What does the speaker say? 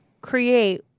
create